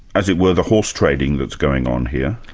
as it were, the horse-trading that's going on here?